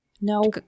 No